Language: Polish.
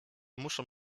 muszą